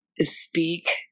speak